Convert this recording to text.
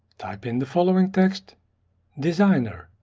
type in the following text designer,